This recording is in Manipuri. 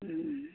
ꯎꯝ